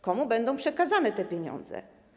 Komu będą przekazane te pieniądze?